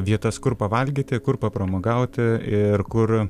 vietas kur pavalgyti kur papramogauti ir kur